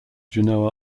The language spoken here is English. genoa